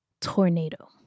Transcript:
tornado